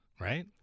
right